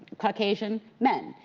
caucasian men.